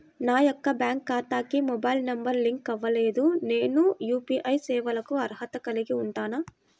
నా యొక్క బ్యాంక్ ఖాతాకి మొబైల్ నంబర్ లింక్ అవ్వలేదు నేను యూ.పీ.ఐ సేవలకు అర్హత కలిగి ఉంటానా?